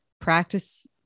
practice